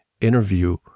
interview